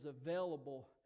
available